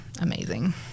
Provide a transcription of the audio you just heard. amazing